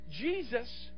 Jesus